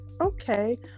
okay